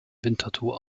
winterthur